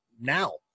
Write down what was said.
now